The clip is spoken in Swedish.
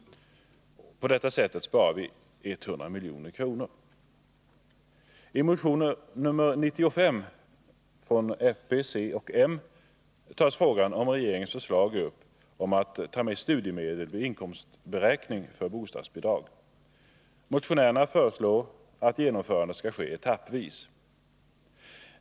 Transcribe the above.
På detta sätt sparar vi 100 milj.kr. I motionen 95 från fp, c och m tas upp frågan om regeringens förslag om att ta med studiemedel vid inkomstberäkning för bostadsbidrag. Motionärerna föreslår att genomförandet skall ske etappvis.